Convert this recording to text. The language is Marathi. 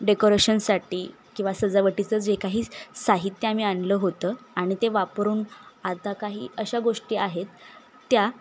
डेकोरेशनसाठी किंवा सजावटीचं जे काही साहित्य आम्ही आणलं होतं आणि ते वापरून आता काही अशा गोष्टी आहेत त्या